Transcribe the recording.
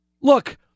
Look